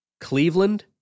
Cleveland